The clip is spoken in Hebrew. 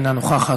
אינה נוכחת,